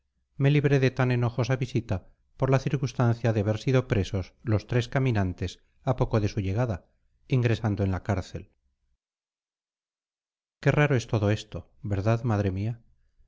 me libré de tan enojosa visita por la circunstancia de haber sido presos los tres caminantes a poco de su llegada ingresando en la cárcel qué raro es todo esto verdad madre mía